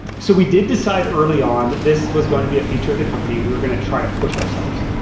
so we did decide early on that this was going to be a feature of the company. we were going to try to push ourselves.